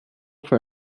for